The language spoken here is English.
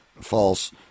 false